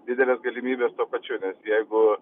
didelės galimybės tuo pačiu nes jeigu